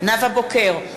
נאוה בוקר,